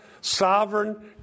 sovereign